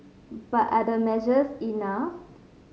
but are these measures enough